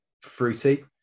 fruity